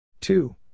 Two